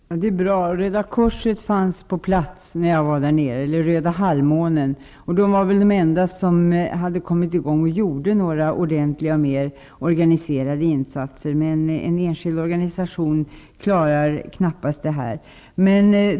Herr talman! Det är bra. Röda halvmånen fanns på plats när jag var där nere. Röda halvmånen var den enda organisation som hade kommit i gång med organiserade insatser. En enskild organisation klarar knappast detta ar bete.